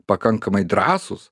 pakankamai drąsūs